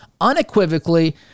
unequivocally